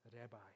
rabbi